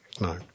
no